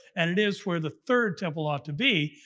and it is where the third temple ought to be.